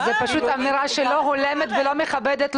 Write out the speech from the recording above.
זה פשוט אמירה שלא הולמת ולא מכבדת,